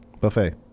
Buffet